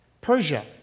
Persia